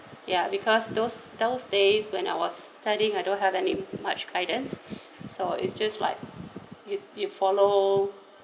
ya because those those days when I was studying I don't have any much guidance so it's just like you you follow